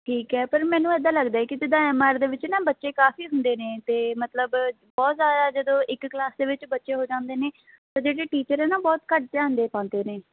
ਠੀਕ ਹੈ ਪਰ ਮੈਨੂੰ ਇੱਦਾਂ ਲੱਗਦਾ ਕਿ ਜਿੱਦਾਂ ਐਮ ਆਰ ਦੇ ਵਿੱਚ ਨਾ ਬੱਚੇ ਕਾਫ਼ੀ ਹੁੰਦੇ ਨੇ ਅਤੇ ਮਤਲਬ ਬਹੁਤ ਜ਼ਿਆਦਾ ਜਦੋਂ ਇੱਕ ਕਲਾਸ ਦੇ ਵਿੱਚ ਬੱਚੇ ਹੋ ਜਾਂਦੇ ਨੇ ਤਾਂ ਜਿਹੜੇ ਟੀਚਰ ਹੈ ਨਾ ਬਹੁਤ ਘੱਟ ਧਿਆਨ ਦੇ ਪਾਉਂਦੇ ਨੇ